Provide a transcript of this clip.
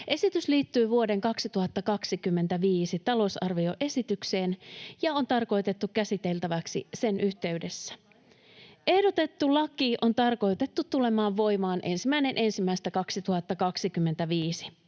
Esitys liittyy vuoden 2025 talousarvioesitykseen ja on tarkoitettu käsiteltäväksi sen yhteydessä. Ehdotettu laki on tarkoitettu tulemaan voimaan 1.1.2025.